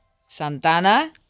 Santana